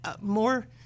more